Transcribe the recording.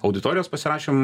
auditorijos pasirašėm